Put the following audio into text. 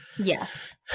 Yes